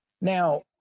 now